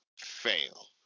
Fail